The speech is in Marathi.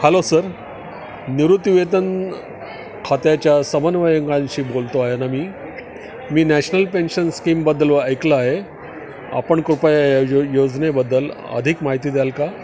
हॅलो सर निवृत्तीवेतन खात्याच्या समन्वयकांशी बोलतो आहे ना मी मी नॅशनल पेन्शन स्कीमबद्दल ऐकलं आहे आपण कृपया या यो यो योजनेबद्दल अधिक माहिती द्याल का